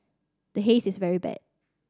the Haze is very bad